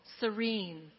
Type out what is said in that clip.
serene